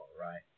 right